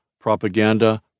propaganda